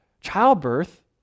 childbirth